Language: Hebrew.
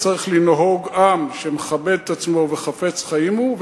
צריך לנהוג עם שמכבד את עצמו וחפץ חיים הוא,